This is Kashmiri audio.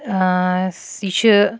یہِ چھُ